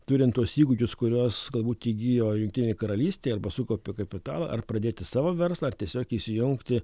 turint tuos įgūdžius kuriuos galbūt įgijo jungtinėj karalystėj arba sukaupė kapitalą ar pradėti savo verslą ar tiesiog įsijungti